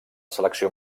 selecció